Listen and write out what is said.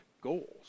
goals